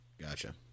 Gotcha